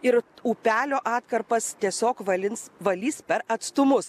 ir upelio atkarpas tiesiog valins valys per atstumus